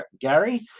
gary